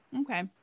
Okay